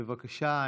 בבקשה,